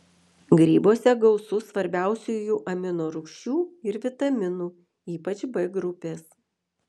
grybuose gausu svarbiausiųjų amino rūgščių ir vitaminų ypač b grupės